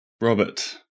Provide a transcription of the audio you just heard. Robert